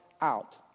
out